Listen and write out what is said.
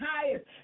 highest